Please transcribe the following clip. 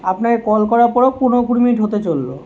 আপনাকে কল করার পরেও পনেরো কুড়ি মিনিট হতে চললো